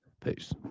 Peace